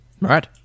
Right